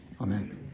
amen